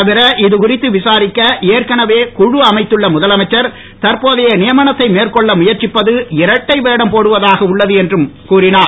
தவிர இதுகுறித்து விசாரிக்க குழு அமைத்துள்ள முதலமைச்சர் தற்போதைய நியமனத்தை மேற்கொள்ள முயற்சிப்பது இரட்டை வேடம் போடுவதாக உள்ளது என்றும் கூறினார்